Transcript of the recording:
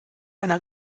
einer